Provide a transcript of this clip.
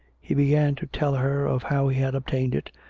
he began to tell her of how he had obtained it,